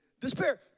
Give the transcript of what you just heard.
despair